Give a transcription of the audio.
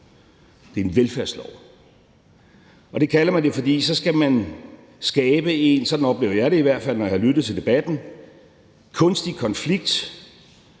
Det er en velfærdslov. Og det kalder man det, fordi man så skal skabe en – sådan oplever jeg det i hvert fald, når jeg har lyttet til debatten – kunstig konflikt